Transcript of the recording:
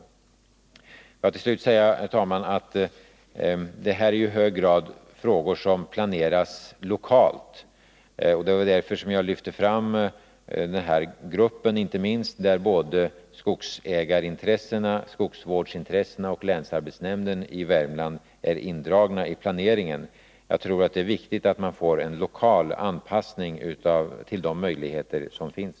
Får jag, herr talman, till slut säga att det här är ju i hög grad frågor som planeras lokalt. Det var därför som jag lyfte fram inte minst denna grupp där både skogsägarintressena och skogsvårdsintressena tillsammans med länsarbetsnämnden i Värmland är indragna i planeringen. Jag tror det är viktigt att man får en lokal anpassning till de möjligheter som finns.